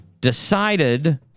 decided